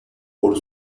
por